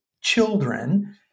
children